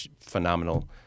phenomenal